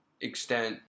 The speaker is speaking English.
extent